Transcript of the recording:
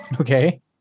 Okay